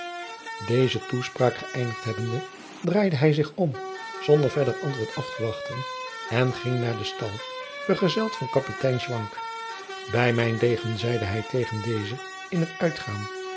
deze toespraak gëeindigd hebbende draaide hij zich om zonder verder antwoord af te wachten en ging naar den stal vergezeld van kapitein schwanck bij mijn degen zeide hij tegen dezen in t uitgaan